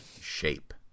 shape